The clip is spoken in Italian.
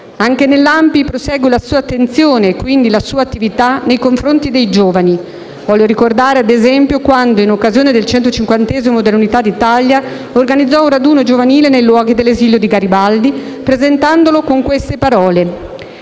Anche nell'ANPI prosegue la sua attenzione e, quindi, la sua attività nei confronti dei giovani. Voglio ricordare, ad esempio, quando, in occasione del 150° dell'unità d'Italia, organizzò un raduno giovanile nei luoghi dell'esilio di Garibaldi, presentandolo con queste parole: